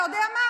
אתה יודע מה,